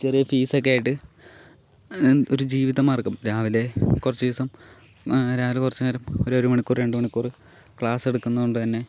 ചെറിയ ഫീസൊക്കെ ആയിട്ട് ഒരു ജീവിതമാർഗം രാവിലെ കുറച്ച് ദിവസം രാവിലെ കുറച്ചു നേരം ഒരു ഒരു മണിക്കൂറ് രണ്ട് മണിക്കൂറ് ക്ലാസ് എടുക്കുന്നതുകൊണ്ട് തന്നെ